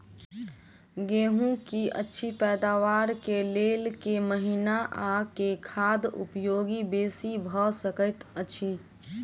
गेंहूँ की अछि पैदावार केँ लेल केँ महीना आ केँ खाद उपयोगी बेसी भऽ सकैत अछि?